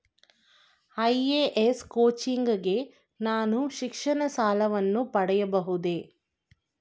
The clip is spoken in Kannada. ಐ.ಎ.ಎಸ್ ಕೋಚಿಂಗ್ ಗೆ ನಾನು ಶಿಕ್ಷಣ ಸಾಲವನ್ನು ಪಡೆಯಬಹುದೇ?